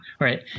right